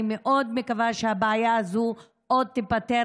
אני מאוד מקווה שהבעיה הזאת עוד תיפתר